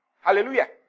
hallelujah